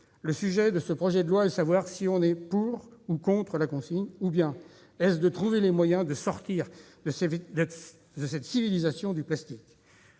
le sujet de ce projet de loi est-il de savoir si l'on est pour ou contre la consigne ou bien est-ce de trouver les moyens de sortir de cette civilisation du plastique